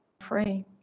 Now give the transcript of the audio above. free